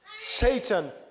Satan